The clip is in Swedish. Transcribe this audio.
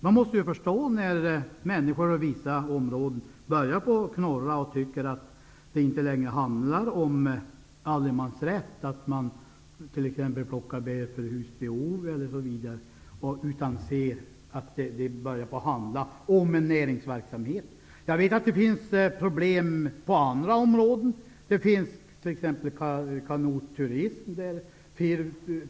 Vi förstår att människor i vissa områden börjar knorra och tycker att det inte längre är fråga om allemansrätten, t.ex. när bärplockning för husbehov övergår till näringsverksamhet. Det finns problem på andra områden, t.ex. med kanotturism.